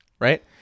right